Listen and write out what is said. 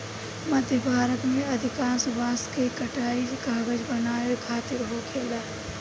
मध्य भारत में अधिकांश बांस के कटाई कागज बनावे खातिर होखेला